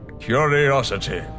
Curiosity